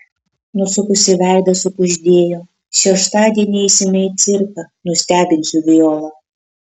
nusukusi veidą sukuždėjo šeštadienį eisime į cirką nustebinsiu violą